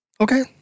Okay